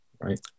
right